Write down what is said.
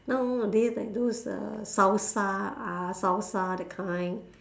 nowadays like those salsa ah salsa that kind